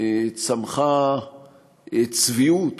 צמחה צביעות